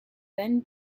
then